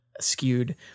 skewed